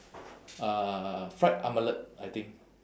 uh fried omelette I think